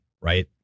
right